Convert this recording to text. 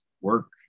work